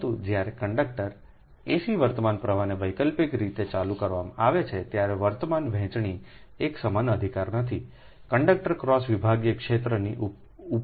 પરંતુ જ્યારે conductor AC વર્તમાન પ્રવાહને વૈકલ્પિક રીતે ચાલુ કરવામાં આવે છે ત્યારે વર્તમાન વહેંચણી એક સમાન અધિકાર નથી કંડક્ટર ક્રોસ વિભાગીય ક્ષેત્રની ઉપર